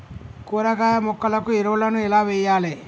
కూరగాయ మొక్కలకు ఎరువులను ఎలా వెయ్యాలే?